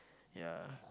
ya